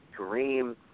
Kareem